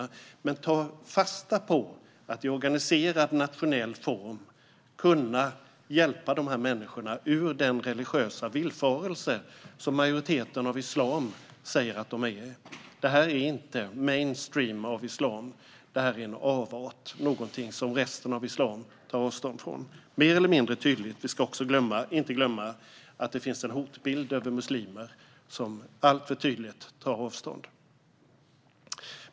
Men man ska ta fasta på att i organiserad nationell form hjälpa dessa människor ur den religiösa villfarelse som majoriteten av islam säger att de är i. Detta är inte mainstream inom islam, utan det är en avart och något som resten av islam tar avstånd ifrån. Detta sker mer eller mindre tydligt, för vi ska inte glömma att det finns en hotbild mot muslimer som alltför tydligt tar avstånd.